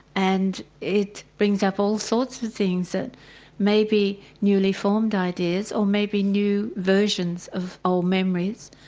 and it brings up all sorts of things that may be newly formed ideas or may be new versions of old memories,